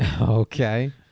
Okay